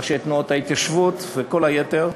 ראשי תנועות ההתיישבות וכל היתר,